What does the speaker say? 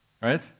Right